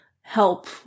help